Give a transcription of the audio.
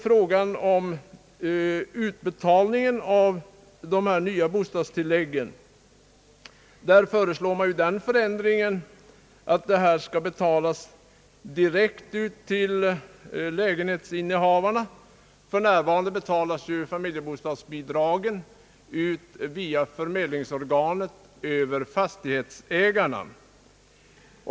Beträffande utbetalningen av bostadstilläggen föreslås den ändringen att tilläggen skall betalas direkt till lägenhetsinnehavarna. För närvarande betalas familjebostadsbidragen ut av förmedlingsorganet via fastighetsägarna.